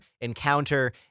encounter